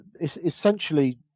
essentially